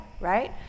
right